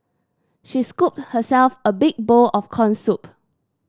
she scooped herself a big bowl of corn soup